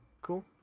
cool